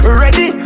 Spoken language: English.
ready